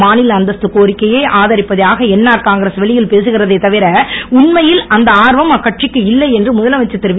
மாநில அந்தஸ்து கோரிக்கையை ஆதரிப்பதாக என்ஆர் காங்கிரஸ் வெளியில் பேக்கிறதே தவிர உண்மையில் அந்த அர்வம் அக்கட்சிக்கு இல்லை என்று முதலமைச்சர் திருவி